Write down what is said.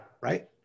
Right